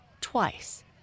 twice